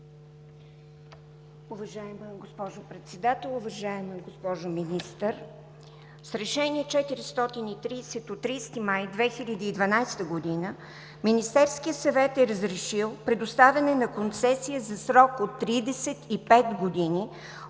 Уважаема госпожо Председател, уважаема госпожо Министър! С решение № 430 от 30 май 2012 г. Министерският съвет е разрешил предоставяне на концесия за срок от 35 години